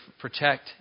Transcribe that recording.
protect